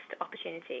opportunity